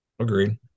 agreed